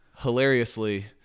Hilariously